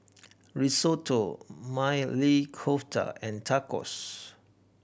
Risotto Maili Kofta and Tacos